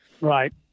Right